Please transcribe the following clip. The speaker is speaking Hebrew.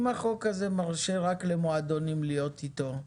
אם החוק הזה מרשה רק למועדונים להיות איתו,